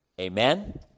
Amen